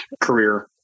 career